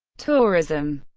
tourism